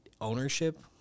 ownership